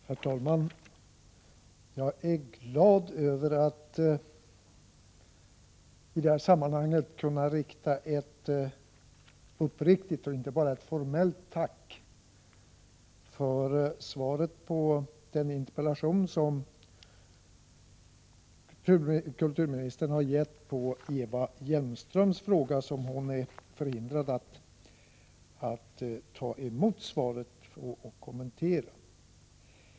Herr talman! Jag är glad över att i det här sammanhanget kunna säga ett uppriktigt och inte bara ett formellt tack till kulturministern för hans svar på Eva Hjelmströms interpellation, vilket hon själv är förhindrad att ta emot.